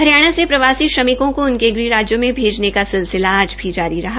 हरियाणा से प्रवासी श्रमिकों को उनके गृह राज्यों में भेजने का सिलसिला आज भी जारी रहा